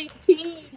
team